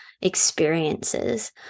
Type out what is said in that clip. experiences